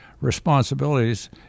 responsibilities